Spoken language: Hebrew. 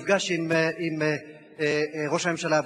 נפגש עם ראש הממשלה,